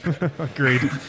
Agreed